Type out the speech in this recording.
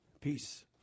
Peace